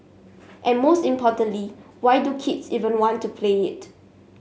and most importantly why do kids even want to play it